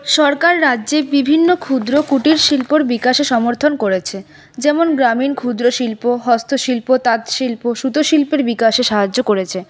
সরকার রাজ্যে বিভিন্ন ক্ষুদ্র কুটির শিল্পর বিকাশে সমর্থন করেছে যেমন গ্রামীণ ক্ষুদ্র শিল্প হস্ত শিল্প তাঁত শিল্প সুতো শিল্পের বিকাশে সাহায্য করেছে